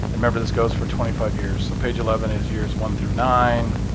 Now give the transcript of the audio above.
remember, this goes for twenty five years, so, page eleven is years one through nine.